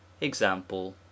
Example